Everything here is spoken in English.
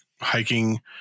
hiking